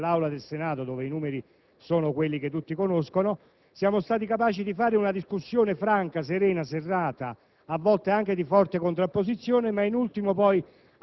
voto di fiducia. Sottolineo che nell'Aula più difficile, quella del Senato dove i numeri sono quelli che tutti conoscono, siamo stati capaci di fare un discussione franca, serena, serrata,